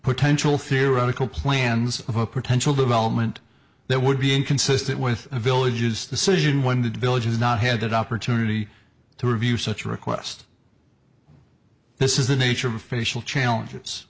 potential theoretical plans of a potential development that would be inconsistent with villages decision when the village is not had that opportunity to review such a request this is the nature of facial challenges